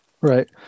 Right